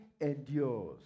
endures